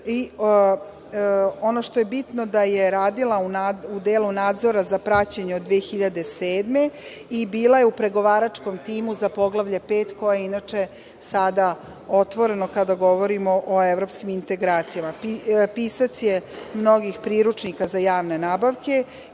Ono što je bitno jeste da je radila u delu nadzora na praćenje od 2007. godine i bila je u pregovaračkom timu za poglavlje 5 koje je inače sada otvoreno, kada govorimo o evropskim integracijama. Pisac je mnogih priručnika za javne nabavke